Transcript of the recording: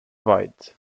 byte